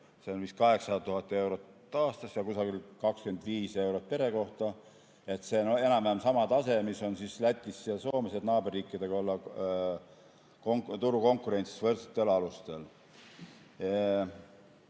see on vist 800 000 eurot aastas ja kusagil 25 eurot pere kohta. See on enam-vähem sama tase, mis on Lätis ja Soomes, saame naaberriikidega olla turukonkurentsis võrdsetel alustel.